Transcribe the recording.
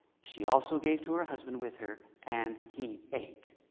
she also gave to her husband with her, and he ate.